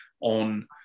on